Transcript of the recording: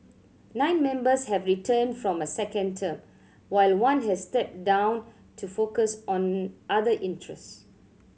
nine members have returned from a second term while one has stepped down to focus on other interests